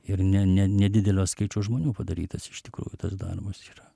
ir ne ne nedidelio skaičiaus žmonių padarytas iš tikrųjų tas darbas yra